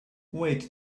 wait